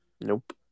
Nope